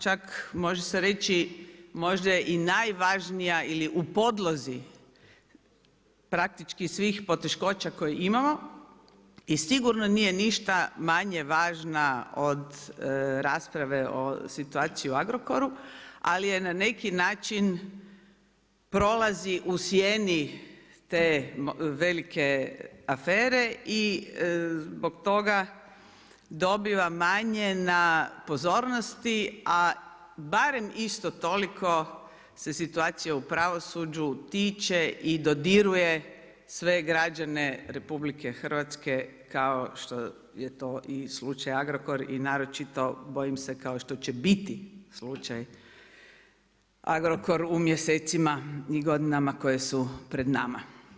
Čak može se reći možda i najvažnija ili u podlozi praktički svih poteškoća koje imamo i sigurno nije ništa manje važna od rasprave o situaciji u Agrokoru, ali je na neki način prolazi u sjeni te velike afere i zbog toga dobiva manje na pozornosti, a barem isto toliko se situacija u pravosuđu tiče i dodiruje sve građane RH kao što je to i slučaj Agrokor i naročito bojim se kao što će biti slučaj Agrokor u mjesecima i godinama koje su pred nama.